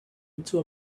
into